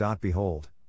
Behold